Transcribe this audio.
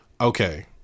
okay